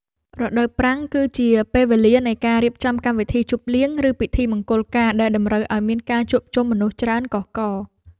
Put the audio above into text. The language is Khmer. រដូវប្រាំង គឺជាពេលវេលានៃការរៀបចំកម្មវិធីជប់លៀង ឬពិធីមង្គលការដែលតម្រូវឱ្យមានការជួបជុំមនុស្សច្រើនកុះករ។